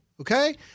Okay